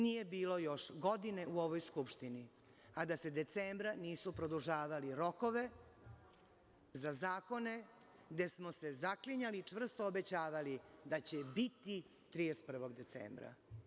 Nije bilo još godine u ovoj Skupštini, a da se decembra nisu produžavali rokovi za zakone gde smo se zaklinjali i čvrsto obećavali da će biti 31. decembra.